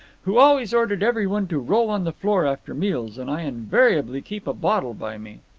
who always ordered every one to roll on the floor after meals, and i invariably keep a bottle by me.